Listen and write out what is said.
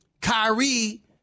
Kyrie